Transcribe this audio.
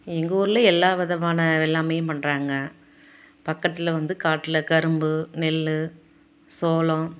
எங்கூர்ல எல்லா விதமான வெள்ளாமையும் பண்ணுறாங்க பக்கத்தில் வந்து காட்டில கரும்பு நெல் சோளம்